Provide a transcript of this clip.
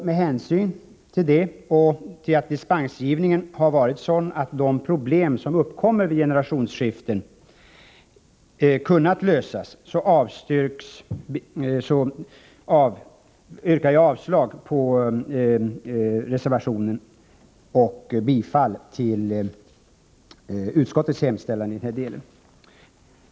Med hänvisning till det och till att dispensgivningen har varit sådan att de problem som uppkommit vid generationsskiften kunnat lösas yrkar jag avslag på reservationen och bifall till utskottets hemställan i denna del.